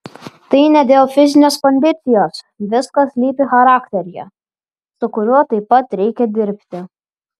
tai ne dėl fizinės kondicijos viskas slypi charakteryje su kuriuo taip pat reikia dirbti